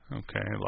okay